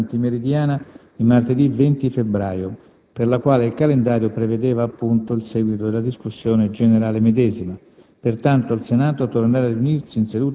e al prelievo venatorio», la seduta antimeridiana di martedì 20 febbraio, per la quale il calendario prevedeva, appunto, il seguito della discussione generale medesima,